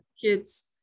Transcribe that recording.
kid's